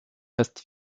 reste